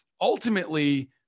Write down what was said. ultimately